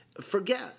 forget